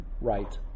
right